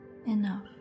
Enough